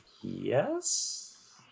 Yes